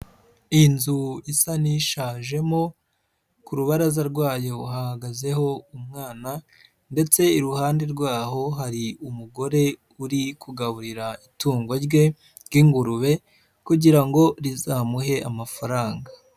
Inzu isa n'ishajemo, ku rubaraza rwayo hahagazeho umwana ndetse iruhande rwaho hari umugore uri kugaburira itungo rye ry'ingurube kugira ngo rizamuhe amafaranga.